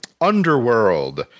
Underworld